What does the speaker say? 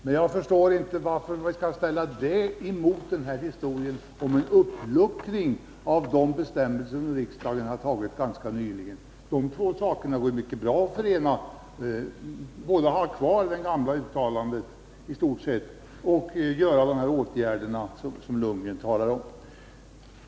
Men jag förstår inte varför vi skall ställa detta emot en uppluckring av de bestämmelser som riksdagen antagit ganska nyligen. Det går mycket bra att förena dessa två saker — både att ha kvar det gamla uttalandet i stort sett oförändrat och att vidta de åtgärder som Bo Lundgren talar om.